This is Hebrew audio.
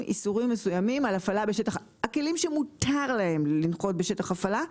איסורים מסוימים על הפעלה בשטח הכלים שמותר להם לנחות בשטח הפעלה,